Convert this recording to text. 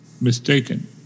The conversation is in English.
mistaken